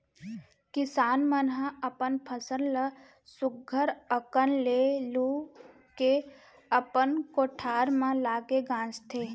किसान मन ह अपन फसल ल सुग्घर अकन ले लू के अपन कोठार म लाके गांजथें